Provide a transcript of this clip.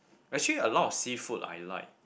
actually a lot of seafood I like